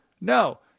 No